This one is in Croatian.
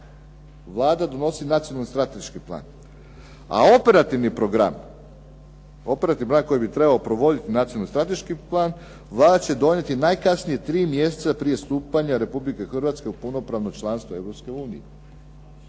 Vlada donosi nacionalni strateški plan. A Operativni program koji bi trebao provoditi Nacionalni strateški plan Vlada će donijeti najkasnije tri mjeseca prije stupanja Republike Hrvatske u punopravno članstvo